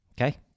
Okay